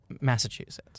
Massachusetts